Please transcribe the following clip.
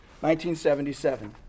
1977